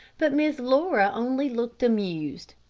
but miss laura only looked amused.